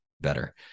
better